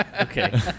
Okay